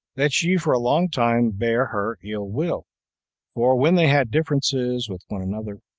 that she for a long time bare her ill-will for when they had differences with one another,